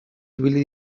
ibili